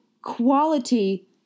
quality